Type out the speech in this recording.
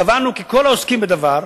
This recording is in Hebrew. קבענו כי כל העוסקים בדבר,